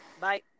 Bye